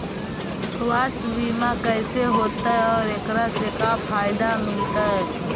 सवासथ बिमा कैसे होतै, और एकरा से का फायदा मिलतै?